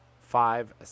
five